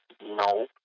No